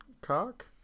cock